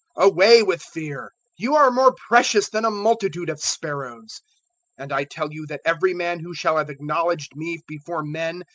away with fear you are more precious than a multitude of sparrows and i tell you that every man who shall have acknowledged me before men,